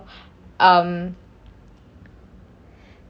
um